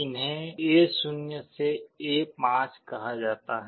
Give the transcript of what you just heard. इन्हें A0 से A5 कहा जाता है